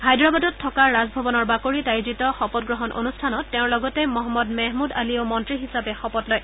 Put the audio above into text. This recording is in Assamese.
হায়দৰাবাদত থকা ৰাজভবনৰ বাকৰিত আয়োজিত শপতগ্ৰহণ অনুষ্ঠানত তেওঁৰ লগতে মহম্মদ মেহমুদ আলিয়েও মন্ত্ৰী হিচাপে শপত লয়